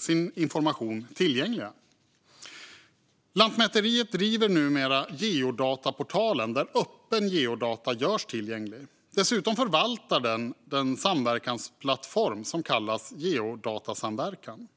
sin information tillgänglig. Lantmäteriet driver numera Geodataportalen, där öppna geodata görs tillgängliga. Dessutom förvaltar man den samverkansplattform som kallas Geodatasamverkan.